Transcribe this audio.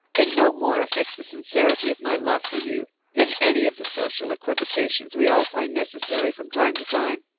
and no more affects the sincerity of my love for you than any of the social equivocations we all find necessary from time to time.